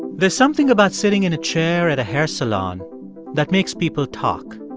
there's something about sitting in a chair at a hair salon that makes people talk.